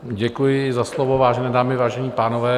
Děkuji za slovo, vážené dámy, vážení pánové.